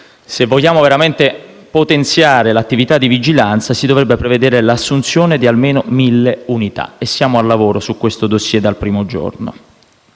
se vogliamo veramente potenziare l'attività di vigilanza, si dovrebbe prevedere l'assunzione di almeno 1.000 unità, e siamo al lavoro su questo *dossier* dal primo giorno.